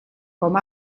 com